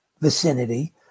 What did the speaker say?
vicinity